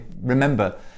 remember